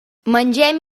mengem